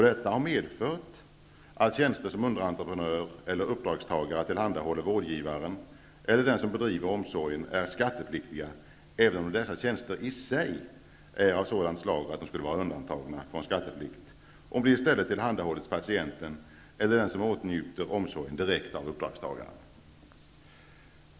Detta har medfört att tjänster som en underentreprenör eller uppdragstagare tillhandahåller vårdgivaren eller den som bedriver omsorgen är skattepliktiga, även om dessa tjänster i sig är av sådant slag att de skulle ha varit undantagna från skatteplikt, om de i stället tillhandahållits patienten eller den som åtnjuter omsorgen direkt av uppdragstagaren.